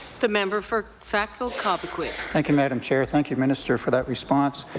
the member for sackville-cobequid. thank you madam chair, thank you minister for that response.